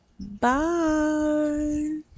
Bye